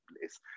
place